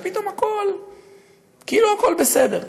ופתאום כאילו הכול בסדר.